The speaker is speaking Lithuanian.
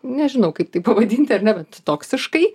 nežinau kaip tai pavadinti ar ne bet toksiškai